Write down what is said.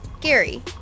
Gary